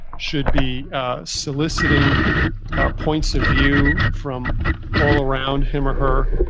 should be soliciting points of view from all around him or her,